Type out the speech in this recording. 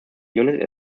unit